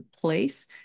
place